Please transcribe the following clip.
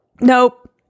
nope